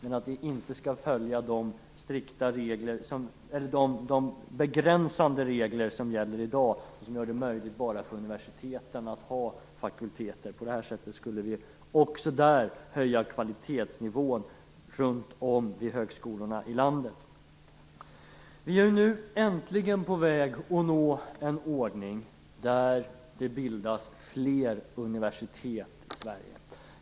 Vi skall inte följa de begränsande regler som gäller i dag och som gör det möjligt bara för universiteten att ha fakulteter. På det sättet skulle vi också där höja kvalitetsnivån vid högskolorna runt om i landet. Vi är nu äntligen på väg att nå en ordning där det bildas fler universitet i Sverige.